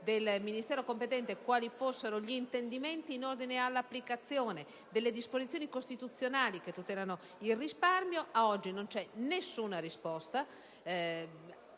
Grazie,